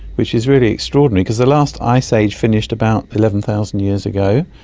which is really extraordinary, because the last ice age finished about eleven thousand years ago,